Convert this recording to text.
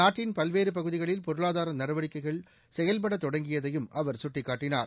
நாட்டின் பல்வேறு பகுதிகளில் பொருளாதார நடவடிக்கைகள் செயல்ட தொடங்கியதையும் அவர் சுட்டிக்காட்டினார்